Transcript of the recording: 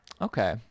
Okay